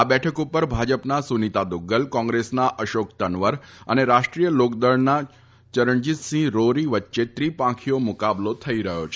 આ બેઠક ઉપર ભાજપના સુનીતા દ્વગ્ગલ કોંગ્રેસના અશોક તન્વર તથા રાષ્ટ્રીય લોકદળના ચરણજીતસિંહ રોરી વચ્ચે ત્રીપાંખીયો મુકાબલો થઇ રહ્યો છે